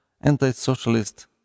anti-socialist